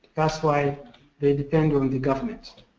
that's why they depend on the government.